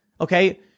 Okay